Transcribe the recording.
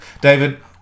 David